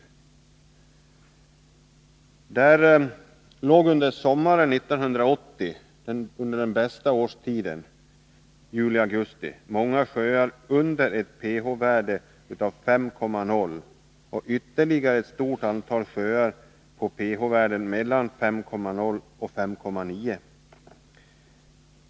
Under juli-augusti 1980, den ”bästa” årstiden, hade många sjöar ett pH-värde under 5,0, och ytterligare ett stort antal sjöar hade pH-värden på mellan 5,0 och 5,9.